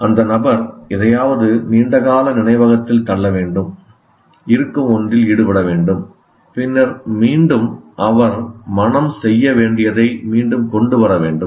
அந்த நபர் எதையாவது நீண்டகால நினைவகத்தில் தள்ள வேண்டும் இருக்கும் ஒன்றில் ஈடுபட வேண்டும் பின்னர் மீண்டும் அவன் அவன் மனம் செய்ய வேண்டியதை மீண்டும் கொண்டு வர வேண்டும்